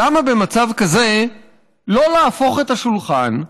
למה במצב כזה לא להפוך את השולחן,